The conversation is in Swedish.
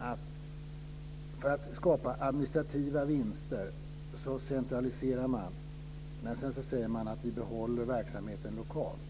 att för att skapa administrativa vinster centraliserar man, men sedan säger man att man ska behålla verksamheten lokalt.